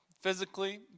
physically